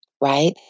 Right